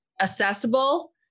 accessible